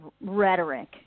rhetoric